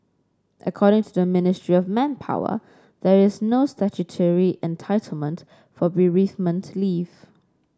according to the Ministry of Manpower there is no statutory entitlement for bereavement leave